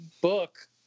book